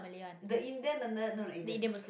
the Indian n~ not the Indian